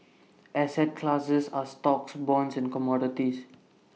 asset classes are stocks bonds and commodities